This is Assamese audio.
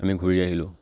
আমি ঘূৰি আহিলোঁ